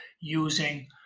using